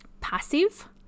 passive